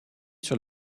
sur